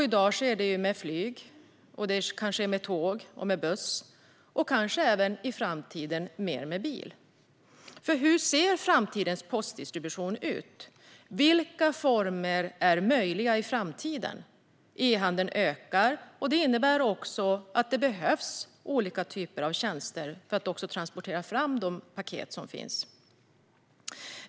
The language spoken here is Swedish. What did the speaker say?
I dag sker det med flyg, tåg och buss, och i framtiden kanske även mer med bil. Hur ser framtidens postdistribution ut? Vilka former är möjliga i framtiden? E-handeln ökar, och det innebär att det behövs olika typer av tjänster för att transportera paketen.